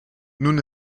nun